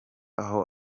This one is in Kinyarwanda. aho